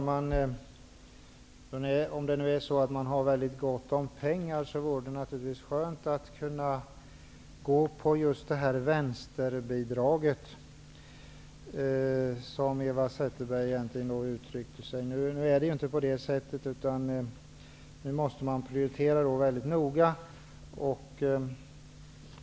Herr talman! Om man har väldigt gott om pengar vore det naturligtvis skönt att kunna gå med på ''vänsterbidraget'', som Eva Zetterberg egentligen uttryckte det. Nu är det emellertid inte så, utan man måste prioritera väldigt noga.